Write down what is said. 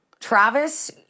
Travis